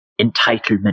entitlement